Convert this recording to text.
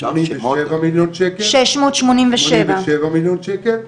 שמונים ושבעה מיליון שקל,